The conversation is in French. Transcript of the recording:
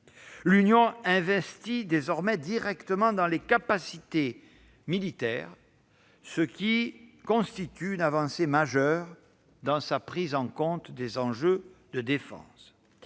L'Union investit désormais directement dans les capacités militaires, ce qui constitue une avancée majeure dans sa prise en compte des enjeux de défense.